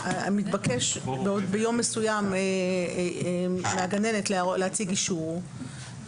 מתבקש ביום מסוים מהגננת להציג אישור.